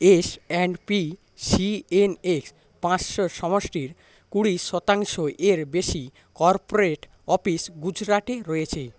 S and P CNX পাঁচশো সমষ্টির কুড়ি শতাংশ এর বেশি কর্পোরেট অফিস গুজরাটে রয়েছে